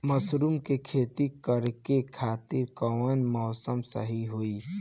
Mushroom के खेती करेके खातिर कवन मौसम सही होई?